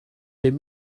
bum